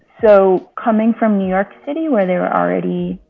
so coming from new york city, where there are already,